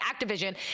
activision